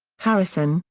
harrison,